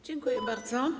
Dziękuję bardzo.